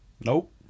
Nope